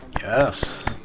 Yes